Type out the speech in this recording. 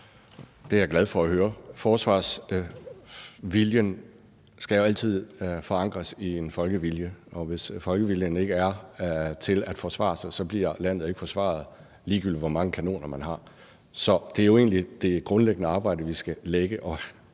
Det er jeg glad for at høre. Forsvarsviljen skal jo altid forankres i en folkevilje, og hvis folkeviljen til at forsvare sig ikke er der, bliver landet jo ikke forsvaret, ligegyldigt hvor mange kanoner man har. Så det er jo egentlig det grundlæggende arbejde, vi skal gøre,